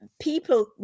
people